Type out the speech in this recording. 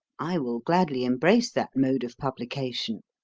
i will gladly embrace that mode of publication.